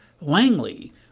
Langley